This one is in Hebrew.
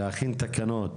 להכין תקנות.